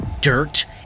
dirt